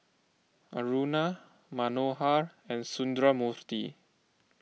Aruna Manohar and Sundramoorthy